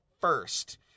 first